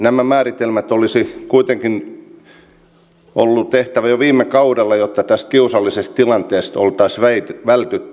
nämä määritelmät olisi kuitenkin ollut tehtävä jo viime kaudella jotta tästä kiusallisesta tilanteesta oltaisiin vältytty